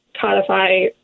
codify